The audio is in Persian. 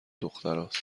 دختراست